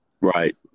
Right